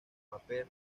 papel